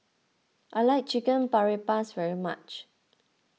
I like Chicken Paprikas very much